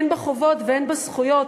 הן בחובות והן בזכויות,